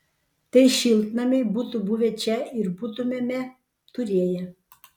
tai šiltnamiai būtų buvę čia ir būtumėme turėję